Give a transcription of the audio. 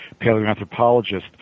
paleoanthropologist